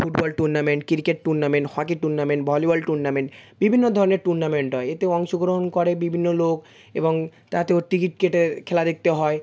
football tournament cricket tournament hockey tournament volleyball tournament বিবিন্ন ধরনের tournament হয় এতে অংশগ্রহণ করে বিভিন্ন লোক এবং তাতেও টিকিট কেটে খেলা দেখতে হয়